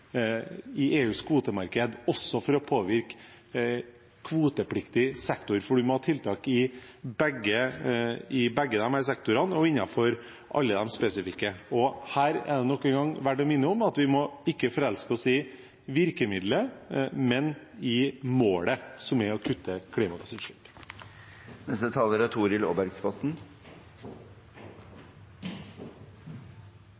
EUs kvotemarked – også for å påvirke kvotepliktig sektor, for man må ha tiltak i begge disse sektorene og innenfor alle de spesifikke. Og her er det nok en gang verdt å minne om at vi ikke må forelske oss i virkemiddelet, men i målet, som er å kutte klimagassutslipp.